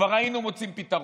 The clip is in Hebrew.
כבר היינו מוצאים פתרון.